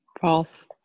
False